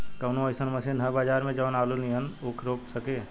कवनो अइसन मशीन ह बजार में जवन आलू नियनही ऊख रोप सके?